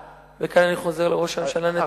וכאן אני חוזר לראש הממשלה נתניהו,